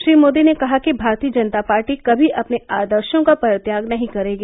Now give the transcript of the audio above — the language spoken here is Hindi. श्री मोदी ने कहा कि भारतीय जनता पार्टी कभी अपने आदर्शो का परित्याग नहीं करेंगी